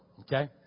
okay